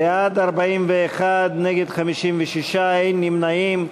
בעד, 41, נגד, 56, אין נמנעים.